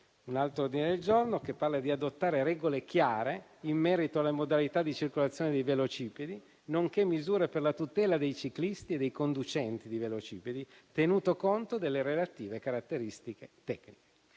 un altro ordine del giorno propone di adottare regole chiare in merito alle modalità di circolazione dei velocipedi, nonché misure per la tutela dei ciclisti e dei conducenti di velocipedi, tenuto conto delle relative caratteristiche tecniche.